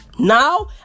Now